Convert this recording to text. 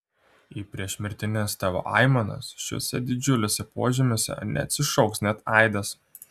į priešmirtines tavo aimanas šiuose didžiuliuose požemiuose neatsišauks net aidas